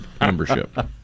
membership